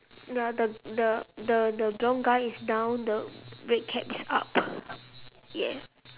ya the the the the john guy is down the red cap is up yeah